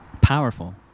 Powerful